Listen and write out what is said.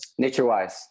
Naturewise